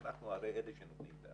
אנחנו הרי אלה שנותנים.